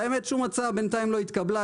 האמת שום הצעה בינתיים לא התקבלה.